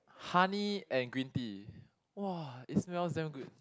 honey and green tea !wah! it smells damn good